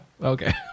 Okay